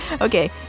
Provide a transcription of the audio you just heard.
Okay